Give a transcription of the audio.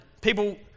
people